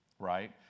Right